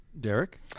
Derek